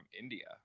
India